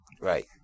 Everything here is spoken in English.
Right